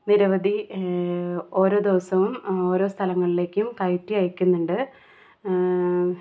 നിരവധി ഓരോ ദിവസവും ഓരോ സ്ഥലങ്ങളിലേക്കും കയറ്റി അയക്കുന്നുണ്ട്